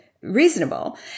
reasonable